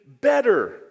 better